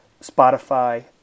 Spotify